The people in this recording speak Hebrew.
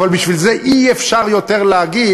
אבל בשביל זה אי-אפשר עוד להגיד: